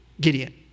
Gideon